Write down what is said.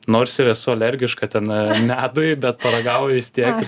nors ir esu alergiška ten medui bet paragavo vis tiek